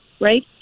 right